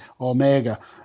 Omega